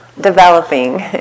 developing